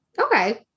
Okay